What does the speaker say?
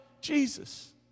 Jesus